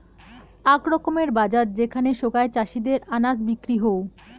আক রকমের বাজার যেখানে সোগায় চাষীদের আনাজ বিক্রি হউ